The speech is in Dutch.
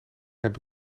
heb